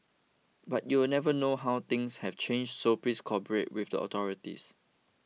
but you'll never know how things have changed so please cooperate with the authorities